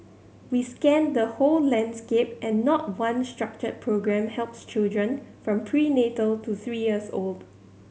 we scanned the whole landscape and not one structured programme helps children from prenatal to three years old